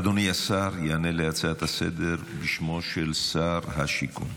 אדוני השר יענה על ההצעה לסדר-היום בשמו של שר השיכון.